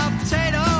potato